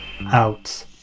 out